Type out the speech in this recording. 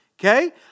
okay